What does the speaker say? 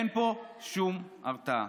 אין פה שום הרתעה.